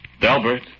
Delbert